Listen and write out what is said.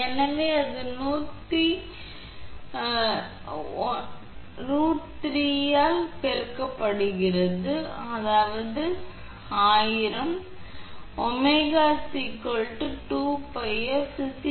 எனவே அது 103 ஆல் பெருக்கப்படுகிறது அதாவது 1000 பின்னர் 𝜔 2𝜋𝑓 𝐶 0